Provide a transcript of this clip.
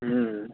ہوں